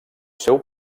seu